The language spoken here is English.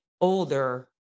older